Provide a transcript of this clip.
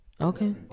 Okay